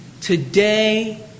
today